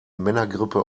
männergrippe